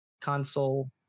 console